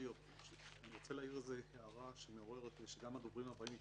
אני רוצה להעיר הערה כדי שגם הדוברים הבאים יתייחסו.